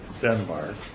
Denmark